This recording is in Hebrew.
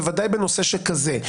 בוודאי בנושא שכזה.